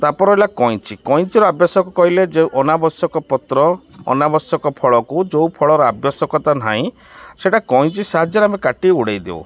ତା'ପରେ ହେଲା କଇଁଚି କଇଁଚିର ଆବଶ୍ୟକ କହିଲେ ଯେଉଁ ଅନାବଶ୍ୟକ ପତ୍ର ଅନାବଶ୍ୟକ ଫଳକୁ ଯେଉଁ ଫଳର ଆବଶ୍ୟକତା ନାହିଁ ସେଇଟା କଇଁଚି ସାହାଯ୍ୟରେ ଆମେ କାଟି ଉଡ଼ାଇଦେଉ